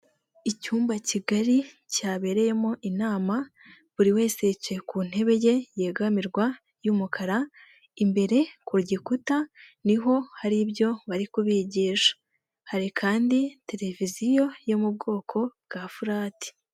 Icyumba kigari cyabereyemo inama buri wese yicaye ku ntebe ye yegamirwa y'umukara, imbere ku gikuta niho hari ibyo bari kubigisha, hari kandi tereviziyo yo mu bwoko bwa furati.